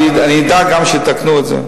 אני אדאג גם שיתקנו את זה.